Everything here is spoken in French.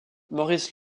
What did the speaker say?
maurice